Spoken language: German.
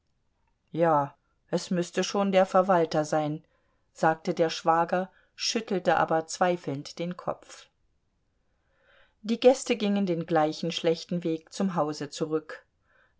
ja es müßte schon der verwalter sein sagte der schwager schüttelte aber zweifelnd den kopf die gäste gingen den gleichen schlechten weg zum hause zurück